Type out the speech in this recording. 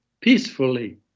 peacefully